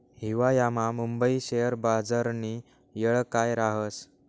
हिवायामा मुंबई शेयर बजारनी येळ काय राहस